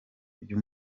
bya